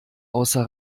außer